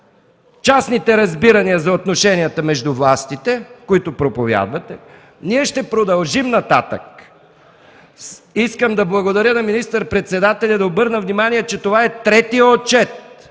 частните разбирания за отношенията между властите, които проповядвате, ние ще продължим нататък. Искам да благодаря на министър-председателя и да обърна внимание, че това е третият отчет